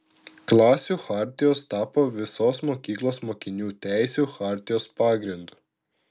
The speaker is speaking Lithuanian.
klasių chartijos tapo visos mokyklos mokinių teisių chartijos pagrindu